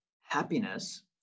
happiness